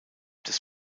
des